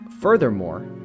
Furthermore